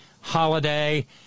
holiday